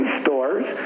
stores